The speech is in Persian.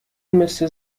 مثل